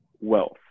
wealth